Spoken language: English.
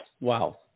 Wow